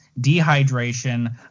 dehydration